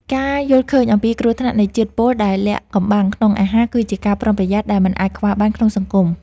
ការយល់ឃើញអំពីគ្រោះថ្នាក់នៃជាតិពុលដែលលាក់កំបាំងក្នុងអាហារគឺជាការប្រុងប្រយ័ត្នដែលមិនអាចខ្វះបានក្នុងសង្គម។